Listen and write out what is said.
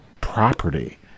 property